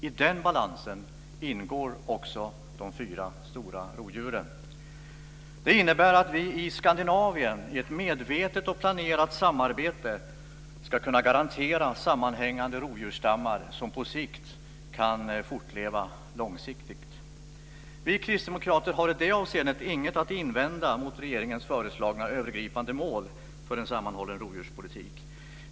I den balansen ingår också de fyra stora rovdjuren. Det innebär att vi i Skandinavien i ett medvetet och planerat samarbete ska kunna garantera sammanhängande rovdjursstammar som kan fortleva långsiktigt. Vi kristdemokrater har i det avseendet inget att invända mot regeringens föreslagna övergripande mål för en sammanhållen rovdjurspolitik.